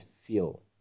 feel